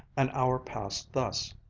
an hour passed thus.